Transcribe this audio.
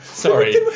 Sorry